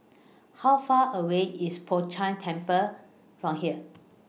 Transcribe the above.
How Far away IS Po Chiak Keng Temple from here